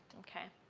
okay.